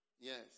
Yes